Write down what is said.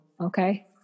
okay